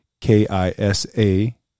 K-I-S-A